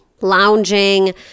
lounging